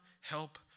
help